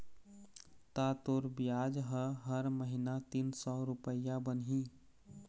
ता तोर बियाज ह हर महिना तीन सौ रुपया बनही